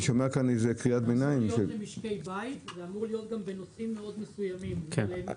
זה צריך להיות למשקי בית וזה אמור להיות גם בנושאים מסוימים מאוד,